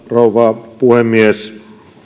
rouva puhemies